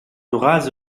rase